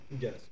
Yes